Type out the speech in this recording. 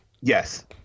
yes